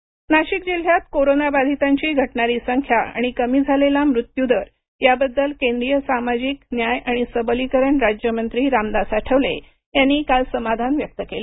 आठवले नाशिक नाशिक जिल्ह्यात कारोना बाधीतांची घटणारी संख्या आणि कमी झालेला मृत्यू दर याबद्दल केंद्रीय सामाजिक न्याय आणि सबलीकरण राज्यमंत्री रामदास आठवले यांनी काल समाधान व्यक्त केलं